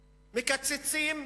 מקצצים,